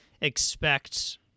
expect